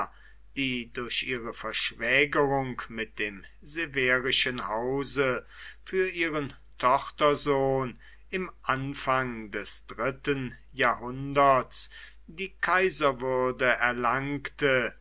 die durch ihre verschwägerung mit dem severischen hause für ihren tochtersohn im anfang des dritten jahrhunderts die kaiserwürde erlangte